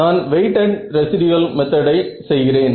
நான் weighted residual மெத்தடை செய்கிறேன்